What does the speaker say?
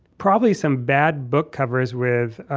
probably some bad book covers with,